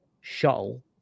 shuttle